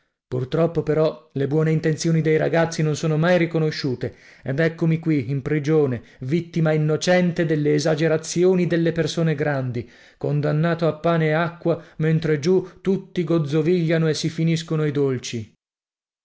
purtroppo però le buone intenzioni dei ragazzi non sono mai riconosciute ed eccomi qui in prigione vittima innocente delle esagerazioni delle persone grandi condannato a pane e acqua mentre giù tutti gozzovigliano e si finiscono i dolci